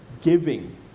giving